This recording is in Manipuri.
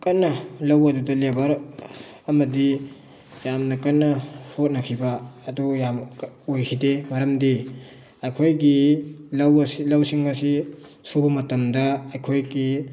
ꯀꯟꯅ ꯂꯧ ꯑꯗꯨꯗ ꯂꯦꯕꯔ ꯑꯃꯗꯤ ꯌꯥꯝꯅ ꯀꯟꯅ ꯍꯣꯠꯅꯈꯤꯕ ꯑꯗꯨ ꯌꯥꯝꯅ ꯑꯣꯏꯈꯤꯗꯦ ꯃꯔꯝꯗꯤ ꯑꯩꯈꯣꯏꯒꯤ ꯂꯧ ꯑꯁꯤ ꯂꯧꯁꯤꯡ ꯑꯁꯤ ꯁꯨꯕ ꯃꯇꯝꯗ ꯑꯩꯈꯣꯏꯒꯤ